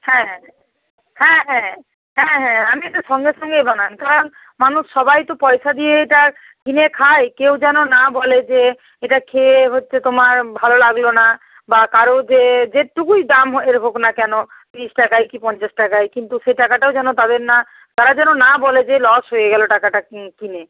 হ্যাঁ হ্যাঁ হ্যাঁ হ্যাঁ হ্যাঁ আমি তো সঙ্গে সঙ্গে বানাই কারণ মানুষ সবাই তো পয়সা দিয়ে এইটা কিনে খায় কেউ যেন না বলে যে এটা খেয়ে হচ্ছে তোমার ভালো লাগল না বা কারও যে যেটুকুই দাম এর হোক না কেন বিশ টাকাই কি পঞ্চাশ টাকাই কিন্তু সে টাকাটাও যেন তাদের না তারা যেন না বলে যে লস হয়ে গেলো টাকাটা কিনে